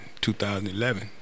2011